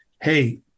hey